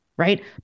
right